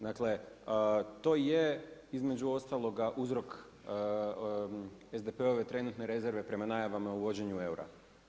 Dakle, to je između ostaloga uzrok SDP trenutne rezerve prema najavama uvođenju eura.